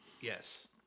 Yes